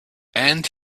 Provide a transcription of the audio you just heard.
and